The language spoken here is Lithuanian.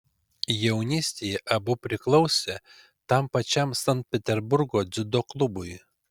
jaunystėje abu priklausė tam pačiam sankt peterburgo dziudo klubui